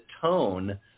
tone